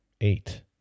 eight